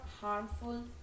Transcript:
harmful